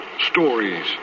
stories